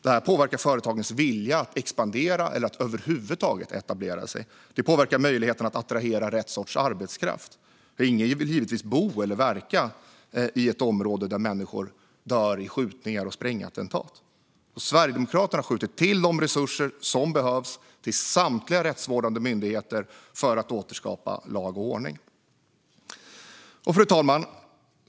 Det påverkar företagens vilja att expandera eller över huvud taget etablera sig. Det påverkar möjligheten att attrahera rätt sorts arbetskraft, för ingen vill givetvis bo eller verka i ett område där människor dör i skjutningar och sprängattentat. Sverigedemokraterna skjuter till de resurser som behövs till samtliga rättsvårdande myndigheter för att återskapa lag och ordning. Fru talman!